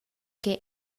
che